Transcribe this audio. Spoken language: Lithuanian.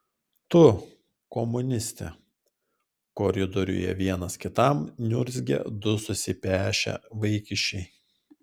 tu komuniste koridoriuje vienas kitam niurzgia du susipešę vaikiščiai